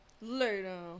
Later